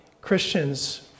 Christians